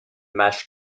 mesh